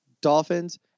Dolphins